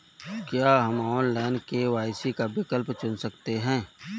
क्या हम online KYC का विकल्प चुन सकते हैं?